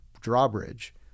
drawbridge